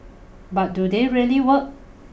but do they really work